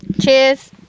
Cheers